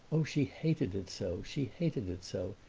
oh, she hated it so she hated it so!